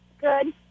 Good